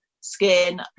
skin